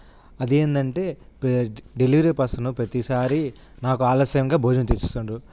అదేందంటే పే delivery person పతిసారి నాకు ఆలస్యంగా భోజనం తెచ్చిస్తుండు